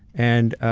and,